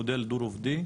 ישנו מודל דו רובדי,